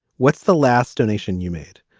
what's the last donation you made?